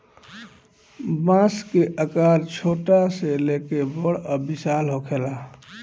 बांस के आकर छोट से लेके बड़ आ विशाल होखेला